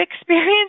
experience